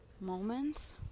moments